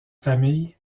famille